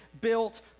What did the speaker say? built